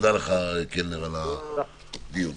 קלנר, תודה לך על הדיון.